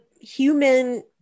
human